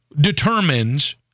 determines